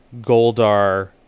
Goldar